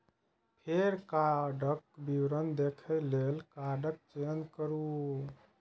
फेर कार्डक विवरण देखै लेल कार्डक चयन करू